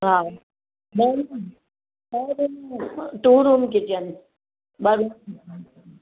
हा ॿ ई टू रूम किचन ॿ रूम